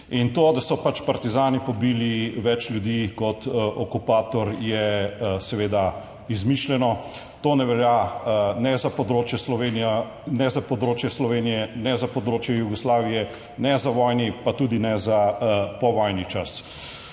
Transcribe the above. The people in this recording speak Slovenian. In to, da so pač partizani pobili več ljudi kot okupator je seveda izmišljeno. To ne velja ne za področje Slovenije, ne za področje Jugoslavije ne za vojni pa tudi ne za povojni čas.